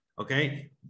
Okay